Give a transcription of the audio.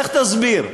לך תסביר.